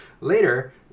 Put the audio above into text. later